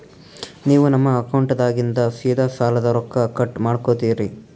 ನೀವು ನಮ್ಮ ಅಕೌಂಟದಾಗಿಂದ ಸೀದಾ ಸಾಲದ ರೊಕ್ಕ ಕಟ್ ಮಾಡ್ಕೋತೀರಿ?